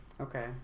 okay